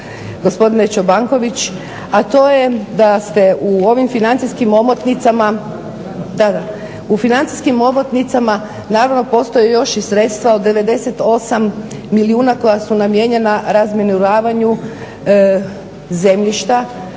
gospodine Čobanković, a to je da ste u ovim financijskim omotnicama, u financijskim omotnicama naravno postoje još i sredstva od 98 milijuna koja su namijenjena razminiravanju zemljišta.